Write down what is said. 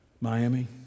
Miami